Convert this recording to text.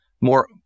more